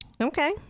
Okay